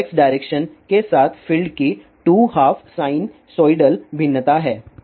तो x direction के साथ फील्ड की टू हाफ साइनसोइडल भिन्नता है